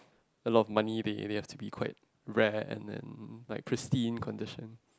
a lot of money they have to be quite rare and then like crispy in condition